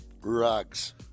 Rugs